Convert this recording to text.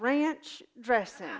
ranch dressing